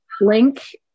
link